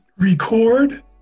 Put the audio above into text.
record